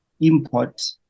import